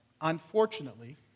Unfortunately